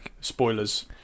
Spoilers